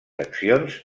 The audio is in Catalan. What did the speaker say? accions